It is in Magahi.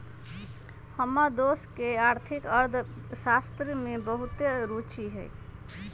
हमर दोस के आर्थिक अर्थशास्त्र में बहुते रूचि हइ